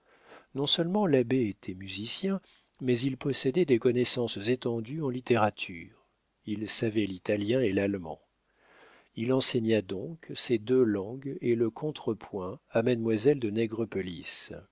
chambre non-seulement l'abbé était musicien mais il possédait des connaissances étendues en littérature il savait l'italien et l'allemand il enseigna donc ces deux langues et le contrepoint à mademoiselle de